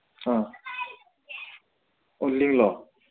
ꯑꯥ ꯑꯣ ꯂꯤꯡꯂꯣ